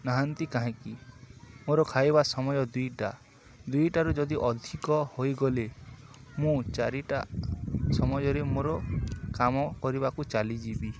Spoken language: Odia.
ନାହାନ୍ତି କାହିଁକି ମୋର ଖାଇବା ସମୟ ଦୁଇଟା ଦୁଇଟାରୁ ଯଦି ଅଧିକ ହୋଇଗଲେ ମୁଁ ଚାରିଟା ସମୟରେ ମୋର କାମ କରିବାକୁ ଚାଲିଯିବି